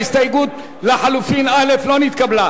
ההסתייגות לחלופין הראשונה לא נתקבלה.